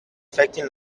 afectin